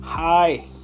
Hi